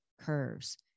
curves